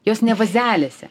jos ne vazelėse